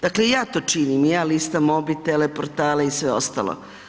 Dakle ja to činim, ja listam mobitele, portale i sve ostalo.